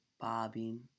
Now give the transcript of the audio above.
bobbing